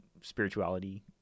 Spirituality